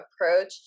approach